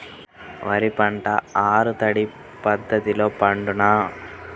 వరి పంట ఆరు తడి పద్ధతిలో పండునా?